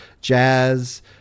Jazz